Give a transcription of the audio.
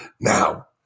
Now